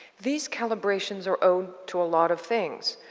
these calibrations are owed to a lot of things,